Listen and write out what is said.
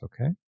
okay